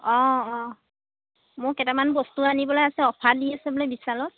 অঁ অঁ মোৰ কেইটামান বস্তু আনিবলৈ আছে অফাৰ দি আছে বোলে বিশালত